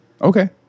Okay